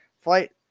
Flight